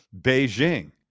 Beijing